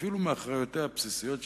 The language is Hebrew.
אפילו מאחריויותיה הבסיסיות.